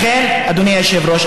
אדוני היושב-ראש,